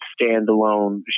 standalone